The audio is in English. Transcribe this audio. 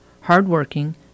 hardworking